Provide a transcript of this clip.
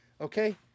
okay